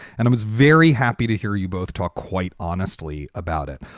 and i was very happy to hear you both talk quite honestly about it.